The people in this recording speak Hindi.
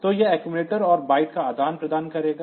तो यह accumulator और बाइट का आदान प्रदान करेगा